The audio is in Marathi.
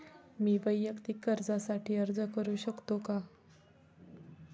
मी वैयक्तिक कर्जासाठी अर्ज करू शकतो का?